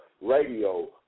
radio